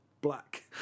Black